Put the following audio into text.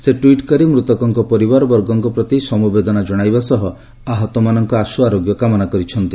ସେ ଟ୍ୱିଟ୍ କରି ମୃତକଙ୍କ ପରିବାରବର୍ଗଙ୍କ ପ୍ରତି ସମବେଦନା ଜଣାଇବା ସହ ଆହତମାନଙ୍କ ଆଶୁ ଆରୋଗ୍ୟ କାମନା କରିଛନ୍ତି